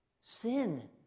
Sin